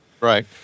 right